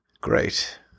Great